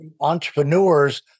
entrepreneurs